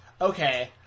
okay